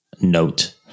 note